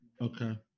Okay